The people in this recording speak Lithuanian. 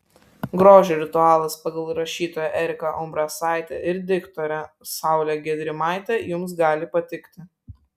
grožio ritualas pagal rašytoją eriką umbrasaitę ir diktorę saulę gedrimaitę jums gali patikti